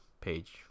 page